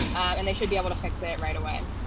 and they should be able to fix it right away.